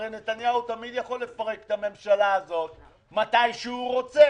הרי נתניהו תמיד יכול לפרק את הממשלה הזאת מתי שהוא רוצה.